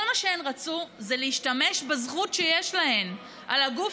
כל מה שהן רצו זה להשתמש בזכות שיש להן על הגוף